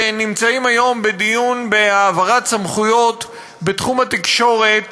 נמצאים היום בדיון בהעברת סמכויות בתחום התקשורת